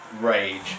rage